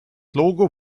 logo